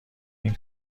این